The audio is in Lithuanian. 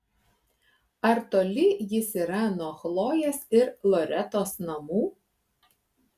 ar toli jis yra nuo chlojės ir loretos namų